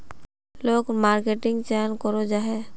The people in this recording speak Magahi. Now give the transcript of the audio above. लोग मार्केटिंग चाँ करो जाहा?